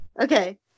Okay